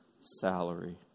salary